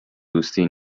دوستی